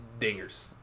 dingers